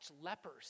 lepers